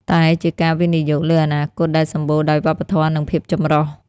តែជាការវិនិយោគលើអនាគតដែលសម្បូរដោយវប្បធម៌និងភាពចម្រុះ។